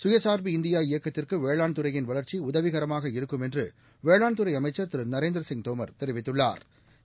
சுயசா்பு இந்தியா இயக்கத்திற்கு வேளாண் துறையின் வளா்ச்சி உதவிகரமாக இருக்கும் என்று வேளாண்துறை அமைச்சா் திரு நரேந்திரசிங் தோமா் தெரிவித்துள்ளாா்